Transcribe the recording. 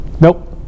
Nope